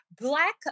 Black